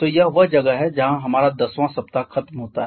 तो यह वह जगह है जहाँ हमारा दसवां सप्ताह खत्म होता है